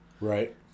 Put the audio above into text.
Right